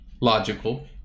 Logical